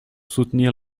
soutenir